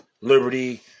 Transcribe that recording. liberty